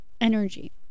energy